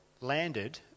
landed